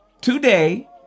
today